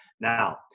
Now